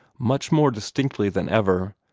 much more distinctly than ever,